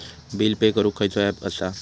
Bill pay करूक खैचो app असा?